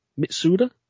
Mitsuda